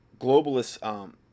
globalist